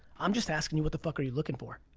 i'm just asking you, what the fuck are you looking for?